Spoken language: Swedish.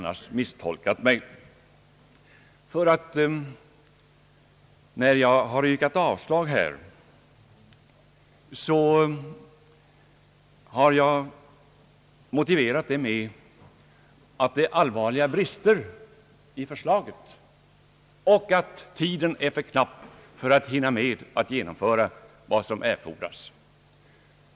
När jag har yrkat avslag på det föreliggande förslaget har jag motiverat mitt ställningstagande med att allvarliga brister vidlåder förslaget och att tiden dessutom är för knapp för att hinna genomföra vad som erfordras.